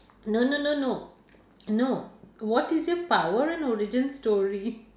no no no no no what is your power and origin story